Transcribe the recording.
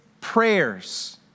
prayers